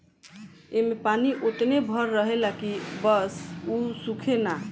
ऐमे पानी ओतने भर रहेला की बस उ सूखे ना